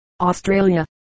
Australia